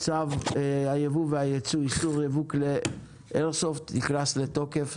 הצבעה הצו אושר צו היבוא והיצוא (איסור ייבוא כלי איירסופט) נכנס לתוקף.